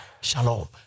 Shalom